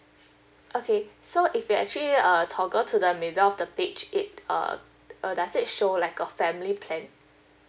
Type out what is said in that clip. okay so if you actually uh toggle to the middle of the page it uh uh does it show like a family plan